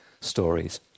stories